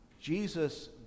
Jesus